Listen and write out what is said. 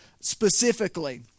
specifically